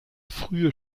frühe